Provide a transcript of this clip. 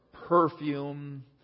perfume